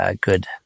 good